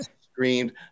screamed